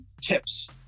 tips